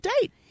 date